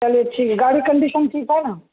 چلیے ٹھیک ہے گاڑی کی کنڈیشن ٹھیک ہے نا